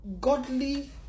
Godly